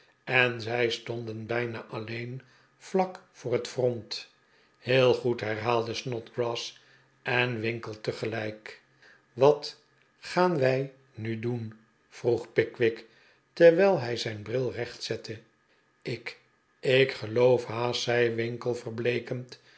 en zij stonden bijna alleen vlak voor het front heel goed herhaalden snodgrass en winkle tegelijk wat gaan zij nu doen vroeg pickwick terwijl hij zijn bril recht zette ik ik geloof haast zei winkle verbleekend